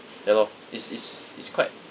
ya lor is is is quite